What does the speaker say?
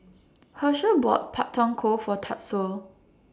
Hershell bought Pak Thong Ko For Tatsuo